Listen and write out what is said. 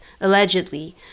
allegedly